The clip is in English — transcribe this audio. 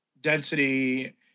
density